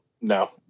no